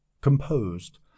composed